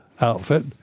outfit